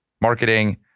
marketing